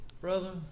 Brother